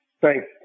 Thanks